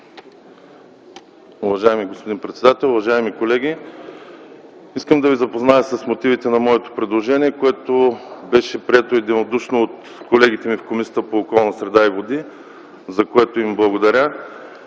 Уважаеми господин председател, уважаеми колеги! Искам да ви запозная с мотивите на моето предложение, което беше прието единодушно от колегите ми в Комисията по околната среда и водите, за което им благодаря.